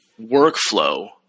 workflow